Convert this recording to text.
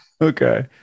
Okay